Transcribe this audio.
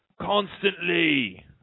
Constantly